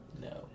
no